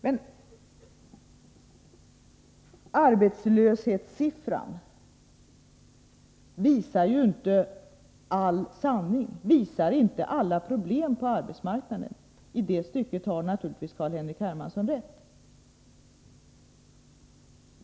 Men arbetslöshetssiffran visar inte hela sanningen, den visar inte alla problem på arbetsmarknaden. I det stycket har naturligtvis Carl-Henrik Hermansson rätt.